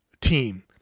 team